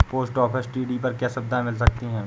Post office TD पर क्या सुविधाएँ मिल सकती है?